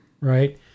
right